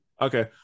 okay